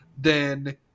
then-